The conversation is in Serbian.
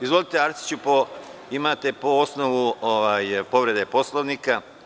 Izvolite Arsiću imate po osnovu povrede Poslovnika.